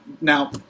Now